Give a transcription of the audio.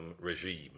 regime